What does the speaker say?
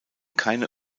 keine